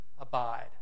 abide